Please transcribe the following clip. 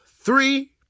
three